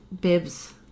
bibs